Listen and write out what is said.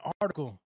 article